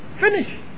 Finish